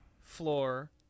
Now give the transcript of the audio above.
floor